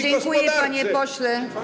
Dziękuję, panie pośle.